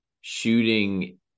shooting